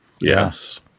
Yes